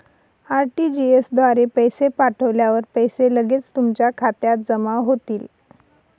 RTGS द्वारे पैसे पाठवल्यावर पैसे लगेच तुमच्या खात्यात जमा होतील